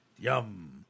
Yum